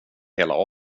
hela